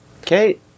Okay